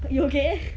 you okay